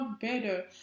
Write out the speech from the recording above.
better